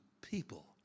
people